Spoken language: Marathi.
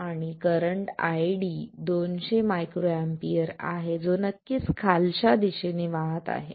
आणि करंट ID 200 µA आहे जो नक्कीच खालच्या दिशेने वाहत आहे